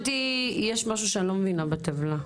יש משהו שאני לא מבינה בטבלה.